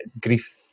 grief